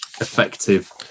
effective